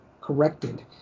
corrected